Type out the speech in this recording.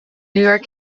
york